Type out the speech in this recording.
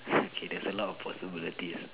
okay there's a lot of possibilities